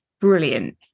brilliant